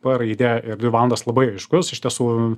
p raidė ir dvi valandos labai aiškus iš tiesų